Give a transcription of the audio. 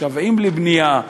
משוועים לבנייה,